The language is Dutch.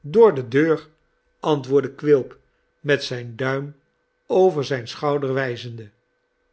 door de deur antwoordde quilp met zijn duim over zijn schouder